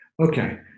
Okay